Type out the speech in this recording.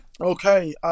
okay